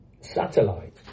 satellite